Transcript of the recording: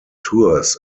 tours